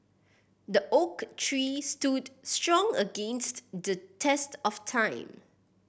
the oak tree stood strong against the test of time